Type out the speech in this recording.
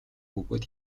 бөгөөд